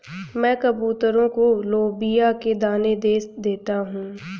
मैं कबूतरों को लोबिया के दाने दे देता हूं